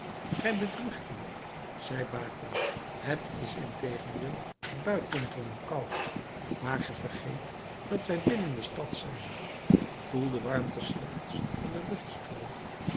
gij bedriegt u zeide baco het is integendeel buitengewoon koud maar gij vergeet dat wij binnen de stad zijn voel de warmte slechts van den